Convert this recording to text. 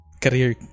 career